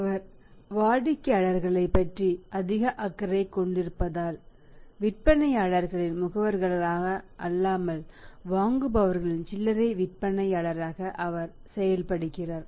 அவர் வாடிக்கையாளர்களைப் பற்றி அதிக அக்கறை கொண்டிருப்பதால் விற்பனையாளர்களின் முகவர்களாக அல்லாமல் வாங்குபவர்களின் சில்லறை விற்பனையாளர்களாக அவர்கள் செயல்படுகிறார்கள்